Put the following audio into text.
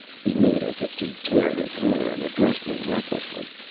he made as if to tear his hair, and addressed me recklessly.